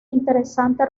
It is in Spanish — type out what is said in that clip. interesante